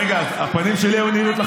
ראיתי את הפנים שלך,